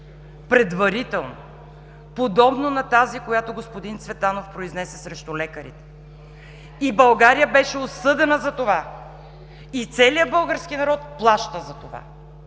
предварително, подобно на тази, която господин Цветанов произнесе срещу лекарите? И България беше осъдена за това! И целият български народ плаща за това!